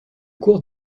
cours